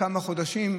כמה חודשים,